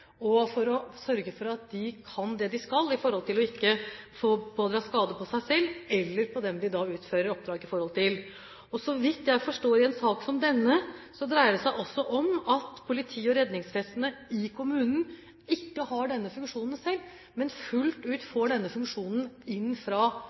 og for å sørge for at de kan det de skal for ikke å pådra skade på seg selv eller på dem de utfører oppdraget for. Så vidt jeg forstår, dreier det seg i en sak som denne også om at politi og redningsvesen i kommunen ikke har denne funksjonen selv, men fullt ut